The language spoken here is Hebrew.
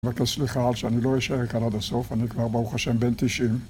מבקש סליחה רק שאני לא אשאר כאן עד הסוף, אני כבר ברוך השם בן תשעים.